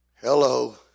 hello